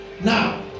Now